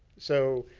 so,